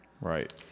Right